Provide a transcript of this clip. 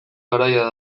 garaia